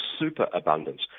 superabundance